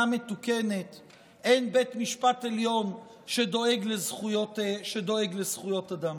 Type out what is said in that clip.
מתוקנת אין בית משפט עליון שדואג לזכויות אדם.